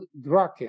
drake